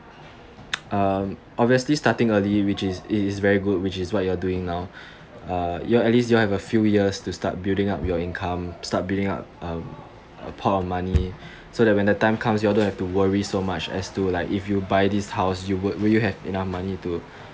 um obviously starting early which is it is very good which is what you're doing now ah you all at least you all have a few years to start building up your income start building up um a pile of money so that when the time comes you don't have to worry so much as do like if you buy this house you would would you have enough money to